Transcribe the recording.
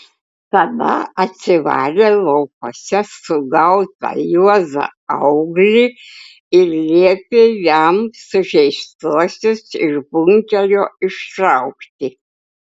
tada atsivarė laukuose sugautą juozą auglį ir liepė jam sužeistuosius iš bunkerio ištraukti